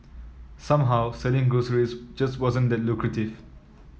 somehow selling groceries just wasn't that lucrative